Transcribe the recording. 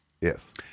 Yes